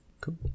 cool